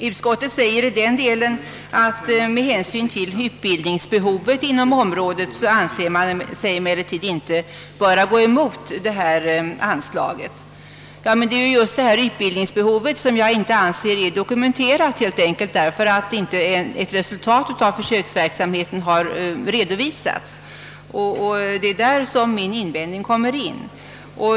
Utskottet säger härom att med hänsyn till utbildningsbehovet inom området anser det sig inte böra avstyrka Kungl. Maj:ts förslag. Det är just utbildningsbehovet som jag anser inte vara dokumenterat, eftersom något resultat av försöksverksamheten inte har redovisats.